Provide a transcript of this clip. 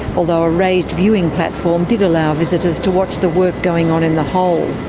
although a raised viewing platform did allow visitors to watch the work going on in the hole.